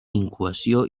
incoació